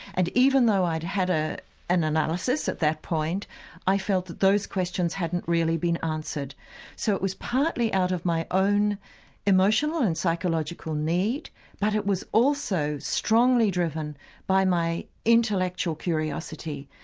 and even though i'd had ah an an analysis at that point i felt that those questions hadn't really been answered so it was partly out of my own emotional and psychological need but it was also strongly driven by my intellectual curiosity.